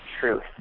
truth